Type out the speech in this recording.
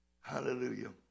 hallelujah